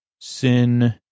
sin